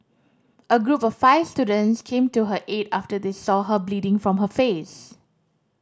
a group of five students came to her aid after they saw her bleeding from her face